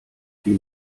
die